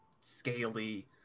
scaly